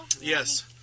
Yes